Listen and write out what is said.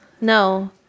No